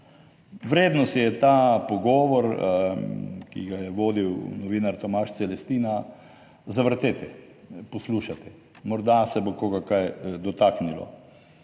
Vredno si je ta pogovor, ki ga je vodil novinar Tomaž Celestina, zavrteti, poslušati, morda se bo koga kaj dotaknilo.